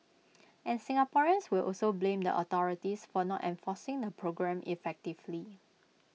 and Singaporeans will also blame the authorities for not enforcing the programme effectively